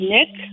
Nick